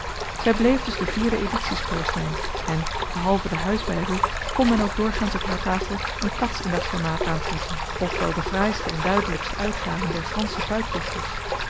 zij bleef dus de e edities voorstaan en behalve den huisbijbel kon men ook doorgaans op haar tafel een cats in dat formaat aantreffen of wel de fraaiste en duidelijkste uitgaven der fransche